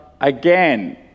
again